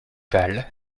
val